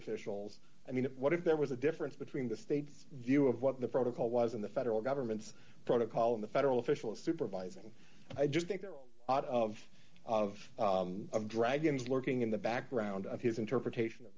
officials i mean what if there was a difference between the state's view of what the protocol was in the federal government's protocol in the federal official supervising i just think there are a lot of of dragons lurking in the background of his interpretation of